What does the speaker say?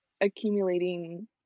accumulating